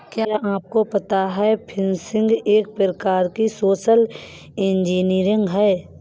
क्या आपको पता है फ़िशिंग एक प्रकार की सोशल इंजीनियरिंग है?